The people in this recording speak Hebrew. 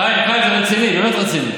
חיים, זה רציני, באמת רציני.